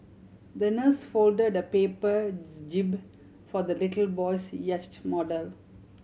the nurse folded the paper jib for the little boy's yacht model